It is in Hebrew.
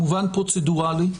מובן פרוצדורלי,